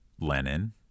Lenin